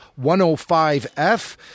105F